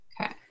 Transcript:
okay